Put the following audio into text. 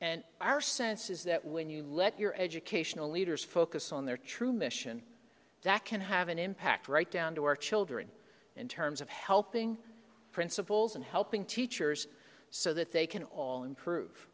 and our sense is that when you let your educational leaders focus on their true mission that can have an impact right down to our children in terms of helping principals and helping teachers so that they can all improve